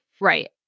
Right